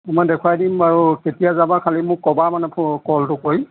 মই দেখুৱাই দিম বাৰু কেতিয়া যাবা খালি মোক ক'বা মানে ক'লটো কৰি